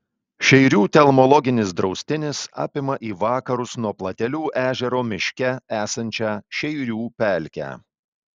šeirių telmologinis draustinis apima į vakarus nuo platelių ežero miške esančią šeirių pelkę